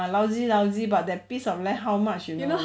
ah lousy lousy but that piece of land how much you know